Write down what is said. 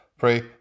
Pray